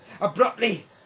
abruptly